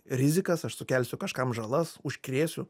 rizikas aš sukelsiu kažkam žalas užkrėsiu